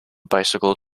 bicycle